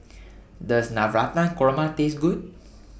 Does Navratan Korma Taste Good